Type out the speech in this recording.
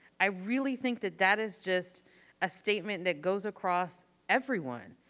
i really think that that is just a statement that goes across everyone,